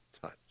touch